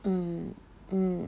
mm mm